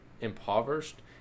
impoverished